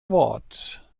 wort